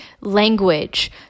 language